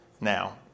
Now